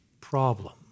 problem